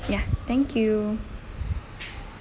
ya thank you